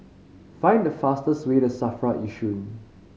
find the fastest way to SAFRA Yishun